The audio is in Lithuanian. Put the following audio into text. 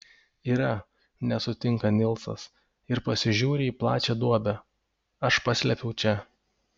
yra nesutinka nilsas ir pasižiūri į plačią duobę aš paslėpiau čia